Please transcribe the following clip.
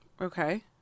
Okay